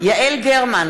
יעל גרמן,